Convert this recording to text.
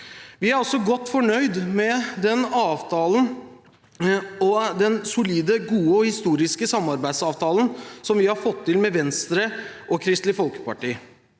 Vi er også godt fornøyd med den avtalen – den solide, gode og historiske samarbeidsavtalen – vi har fått til med Venstre og Kristelig Folkeparti.